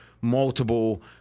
multiple